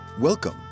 Welcome